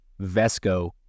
Vesco